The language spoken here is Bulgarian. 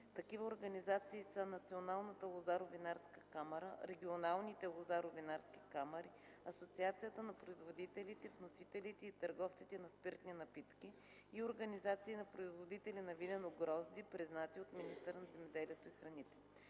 Такива организации са Националната лозаро-винарска камара, регионалните лозаро-винарски камари, Асоциацията на производителите, вносителите и търговците на спиртни напитки и организации на производители на винено грозде, признати от министъра на земеделието и храните.